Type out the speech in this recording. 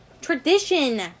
Tradition